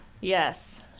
Yes